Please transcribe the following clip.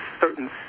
certain